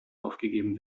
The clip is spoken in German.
aufgegeben